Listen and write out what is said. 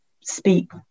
speak